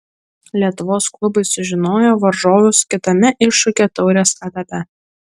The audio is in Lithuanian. lietuvos klubai sužinojo varžovus kitame iššūkio taurės etape